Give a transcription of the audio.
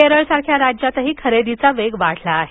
केरळसारख्या राज्यातही खरेदीचा वेग वाढला आहे